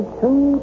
two